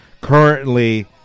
currently